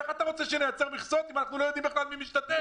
איך אתה רוצה שנייצר מכסות אם אנחנו לא יודעים בכלל מי משתתף?